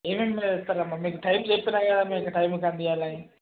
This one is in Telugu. ఏమేమి వేస్తారమ్మా మీకు టైం చెప్పినా కదా మీకు టైంకి అందివ్వాలని